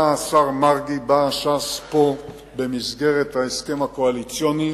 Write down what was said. בא השר מרגי, באה ש"ס, במסגרת ההסכם הקואליציוני,